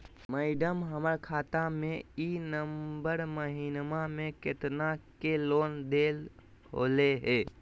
madam, हमर खाता में ई नवंबर महीनमा में केतना के लेन देन होले है